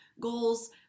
goals